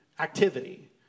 Activity